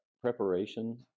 preparation